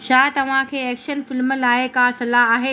छा तव्हां खे एक्शन फ़िल्म लाइ का सलाह आहे